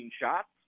shots